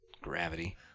gravity